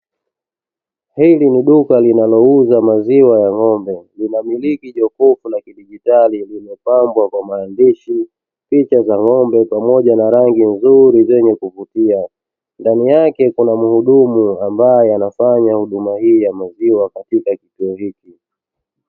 Hili ni duka linalouza maziwa ya ng'ombe, linamiliki jokofu la kidigitali limepambwa kwa maandishi, picha za ng'ombe pamoja na rangi nzuri zenye kuvutia. Ndani yake kuna muhudumu ambaye anafanya huduma hii ya maziwa katika kituo hiki.